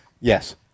Yes